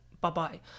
bye-bye